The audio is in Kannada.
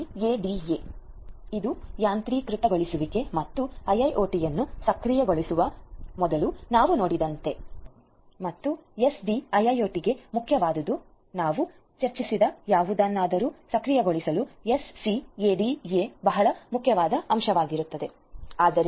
ಎಸ್ಸಿಎಡಿಎ ಇದು ಯಾಂತ್ರೀಕೃತಗೊಳಿಸುವಿಕೆ ಮತ್ತು ಐಐಒಟಿIIoTಯನ್ನು ಸಕ್ರಿಯಗೊಳಿಸುವ ಮೊದಲು ನಾವು ನೋಡಿದಂತೆ ಮತ್ತು ಎಸ್ಡಿಐಐಒಟಿIIoTಗೆ ಮುಖ್ಯವಾದುದು ಮತ್ತು ನಾವು ಚರ್ಚಿಸಿದ ಯಾವುದನ್ನಾದರೂ ಸಕ್ರಿಯಗೊಳಿಸಲು ಎಸ್ಸಿಎಡಿಎ ಬಹಳ ಮುಖ್ಯವಾದ ಅಂಶವಾಗಿದೆ